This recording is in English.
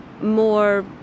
more